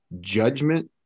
judgment